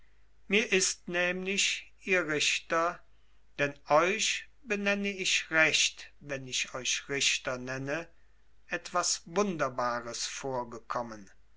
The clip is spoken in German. mir ist nämlich ihr richter denn euch benenne ich recht wenn ich euch richter nenne etwas wunderbares vorgekommen